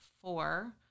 four